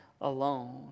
alone